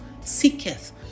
seeketh